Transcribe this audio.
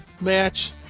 match